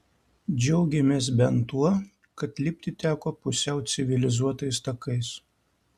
džiaugėmės bent tuo kad lipti teko pusiau civilizuotais takais